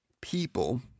People